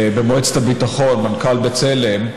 מנכ"ל בצלם,